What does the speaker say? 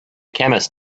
chemist